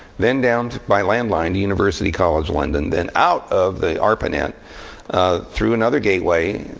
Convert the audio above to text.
then down by landline to university college london, then out of the arpanet through another gateway,